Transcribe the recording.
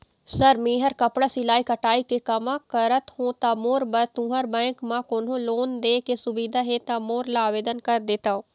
Sir मेहर कपड़ा सिलाई कटाई के कमा करत हों ता मोर बर तुंहर बैंक म कोन्हों लोन दे के सुविधा हे ता मोर ला आवेदन कर देतव?